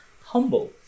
humble